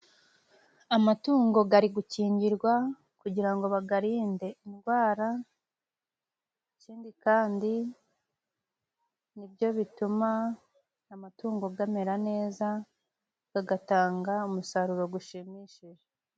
Amatungo gari gukingirwa kugira ngo bagarinde indwara, ikindi kandi ni byo bituma amatungo gamera neza gagatanga umusaruro gushimishije.